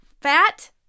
fat